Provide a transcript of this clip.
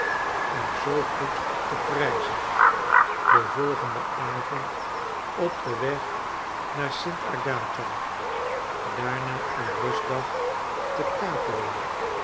en zoo goed te prijzen den volgenden avond op den weg naar sint agatha daarna een rustdag te capua